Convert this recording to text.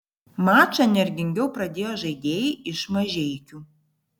mačą energingiau pradėjo žaidėjai iš mažeikių